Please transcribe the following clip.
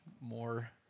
more